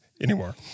anymore